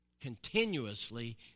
continuously